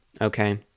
okay